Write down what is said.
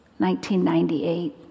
1998